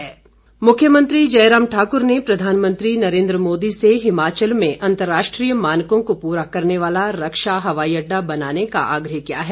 मुख्यमंत्री मुख्यमंत्री जयराम ठाक्र ने प्रधानमंत्री नरेन्द्र मोदी से हिमाचल में अन्तर्राष्ट्रीय मानकों को पूरा करने वाला रक्षा हवाई अड्डा बनाने का आग्रह किया है